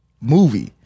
movie